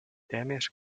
téměř